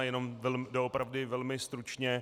Jenom doopravdy velmi stručně.